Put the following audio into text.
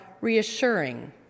reassuring